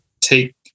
take